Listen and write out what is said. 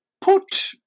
put